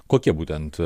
kokie būtent